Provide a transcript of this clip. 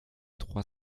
trois